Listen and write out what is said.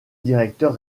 directeur